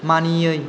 मानियै